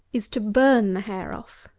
is to burn the hair off.